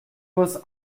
was